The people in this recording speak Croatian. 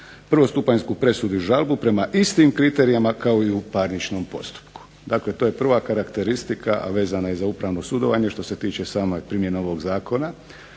prvostupanjsku presudu i žalbu prema istim kriterijima kao i u parničnom postupku. Dakle, to je prva karakteristika, a vezna je za upravno sudovanje što se tiče same primjene ovoga zakona.